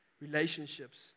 relationships